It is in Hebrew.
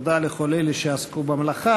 תודה לכל אלה שעסקו במלאכה.